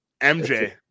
MJ